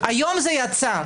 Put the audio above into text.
היום זה יצא.